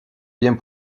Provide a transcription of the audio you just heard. vient